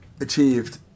achieved